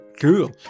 cool